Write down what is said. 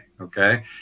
okay